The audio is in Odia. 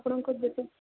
ଆପଣଙ୍କ